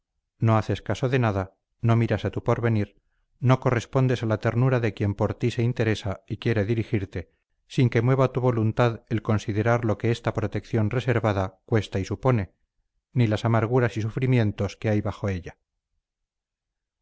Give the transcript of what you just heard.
no haces caso de nada no miras a tu porvenir no correspondes a la ternura de quien por ti se interesa y quiere dirigirte sin que mueva tu voluntad el considerar lo que esta protección reservada cuesta y supone ni las amarguras y sufrimientos que hay bajo de ella